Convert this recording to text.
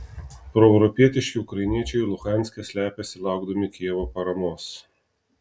proeuropietiški ukrainiečiai luhanske slepiasi laukdami kijevo paramos